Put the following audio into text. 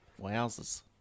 Wowzers